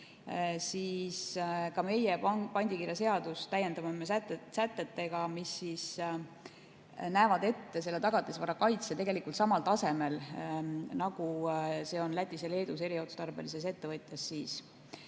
nii me oma pandikirjaseadust täiendame sätetega, mis näevad ette tagatisvara kaitse tegelikult samal tasemel, nagu see on Lätis ja Leedus eriotstarbelises ettevõttes.